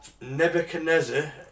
Nebuchadnezzar